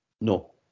No